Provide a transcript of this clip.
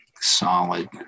solid